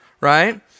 right